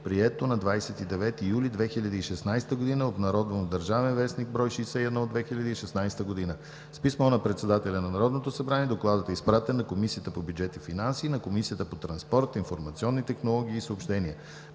прието на 29 юли 2016 г., обн., ДВ, бр. 61 от 2016 г. С писмо на председателя на Народното събрание Докладът е изпратен на Комисията по бюджет и финанси и на Комисията по транспорт, информационни технологии и съобщения.